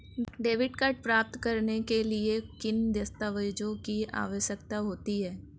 Debit card प्राप्त करने के लिए किन दस्तावेज़ों की आवश्यकता होती है?